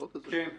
אין לי